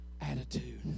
attitude